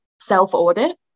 self-audit